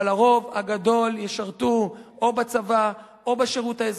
אבל הרוב הגדול ישרתו או בצבא או בשירות האזרחי.